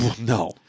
No